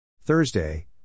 Thursday